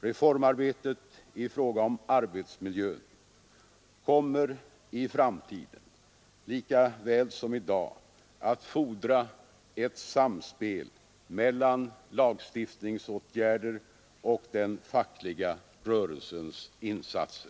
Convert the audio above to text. Reformarbetet i fråga om arbetsmiljön kommer i framtiden lika väl som i dag att fordra ett samspel mellan lagstiftningsåtgärder och den fackliga rörelsens insatser.